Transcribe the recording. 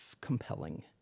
compelling